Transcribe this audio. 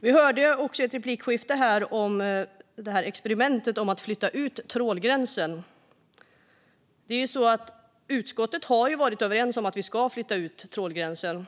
Vi hörde också i ett replikskifte om experimentet att flytta ut trålgränsen. Utskottet har varit överens om att vi ska flytta ut trålgränsen,